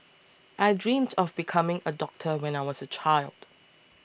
I dreamt of becoming a doctor when I was a child